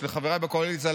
לחבריי בקואליציה,